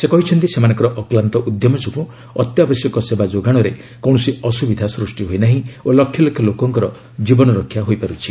ସେ କହିଛନ୍ତି ସେମାନଙ୍କର ଅକ୍ଲାନ୍ତ ଉଦ୍ୟମ ଯୋଗୁଁ ଅତ୍ୟାବଶ୍ୟକ ସେବା ଯୋଗାଣରେ କୌଣସି ଅସୁବିଧା ସୃଷ୍ଟି ହୋଇନାହିଁ ଓ ଲକ୍ଷ୍ୟ ଲୋକଙ୍କର ଜୀବନରକ୍ଷା ହୋଇପାରୁଛି